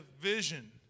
vision